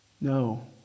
No